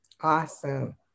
awesome